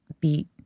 beat